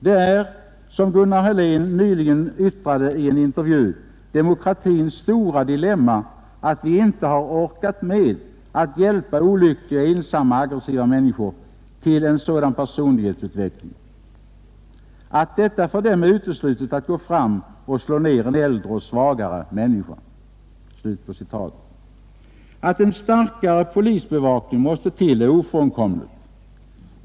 ”Det är” — som Gunnar Helén nyligen yttrade i en intervju — ”demokratins stora dilemma att vi inte har orkat med att hjälpa olyckliga och ensamma aggressiva människor till en sådan personlighetsutveckling, att det för dem är uteslutet att gå fram och slå ner en äldre och svagare människa”. — Att en starkare polisbevakning måste till är ofrånkomligt.